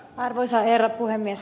arvoisa herra puhemies